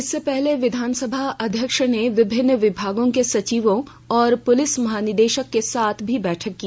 इससे पहले विधानसभा अध्यक्ष ने विभिन्न विभागों के संचियों और पुलिस महानिदेशक के साथ भी बैठक की